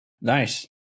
Nice